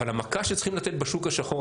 אבל המכה שצריכים לתת בשוק השחור,